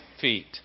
feet